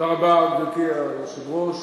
גברתי היושבת-ראש,